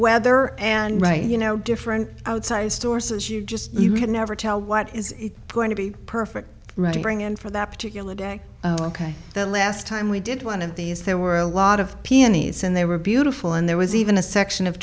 weather and right you know different outsized sources you just you can never tell what is going to be perfect right to bring in for that particular day ok the last time we did one of these there were a lot of peonies and they were beautiful and there was even a section of